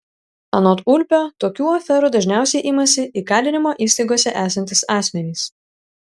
anot ulpio tokių aferų dažniausiai imasi įkalinimo įstaigose esantys asmenys